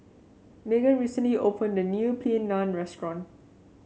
Maegan recently opened a new Plain Naan Restaurant